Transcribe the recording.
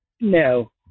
No